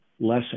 less